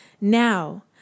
Now